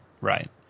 right